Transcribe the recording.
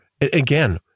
again